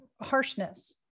harshness